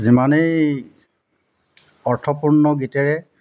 যিমানেই অৰ্থপূৰ্ণ গীতেৰে